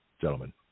gentlemen